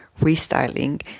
restyling